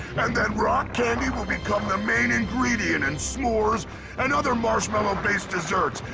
and then rock candy will become the main ingredient in s'mores and other marshmallow-based desserts,